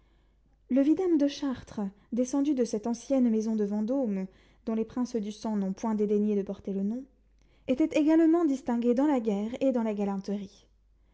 le vidame de chartres descendu de cette ancienne maison de vendôme dont les princes du sang n'ont point dédaigné de porter le nom était également distingué dans la guerre et dans la galanterie